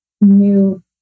new